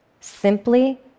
simply